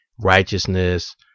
righteousness